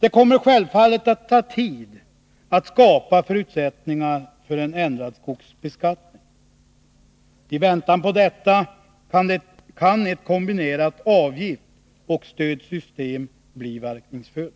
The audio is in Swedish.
Det kommer självfallet att ta tid att skapa förutsättningar för en ändrad skogsbeskattning. I väntan härpå kan ett kombinerat avgiftsoch stödsystem bli verkningsfullt.